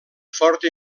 forta